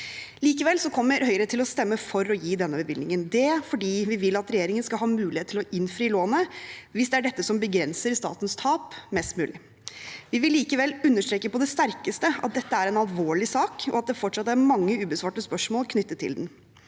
Likevel kommer Høyre til å stemme for å gi denne bevilgningen. Det er fordi vi vil at regjeringen skal ha mulighet til å innfri lånet, hvis det er dette som begrenser statens tap mest mulig. Vi vil likevel understreke på det sterkeste at dette er en alvorlig sak, og at det fortsatt er mange ubesvarte spørsmål knyttet til den.